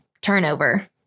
turnover